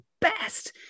best